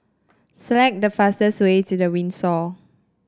select the fastest way to The Windsor